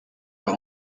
par